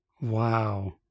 Wow